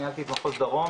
ניהלתי את מחוז דרום,